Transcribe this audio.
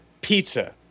pizza